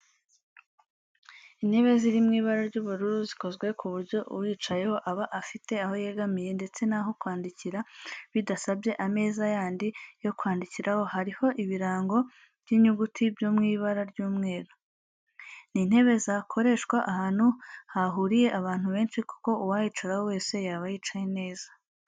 Intebe ziri mu ibara ry'ubururu zikozwe ku buryo uyicayeho aba afite aho yegamira ndetse n'aho kwandikira bidasabye ameza yandi yo kwandikiraho, hariho ibirango by'inyuguti byo mu ibara ry'umweru. Ni intebe zakoreshwa ahantu hahuriye abantu benshi kuko uwayicaraho wese yaba yicaye neza.